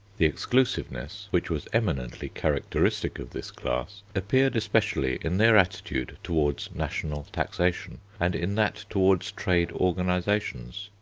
the exclusiveness, which was eminently characteristic of this class, appeared especially in their attitude towards national taxation and in that towards trade organisations.